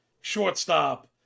shortstop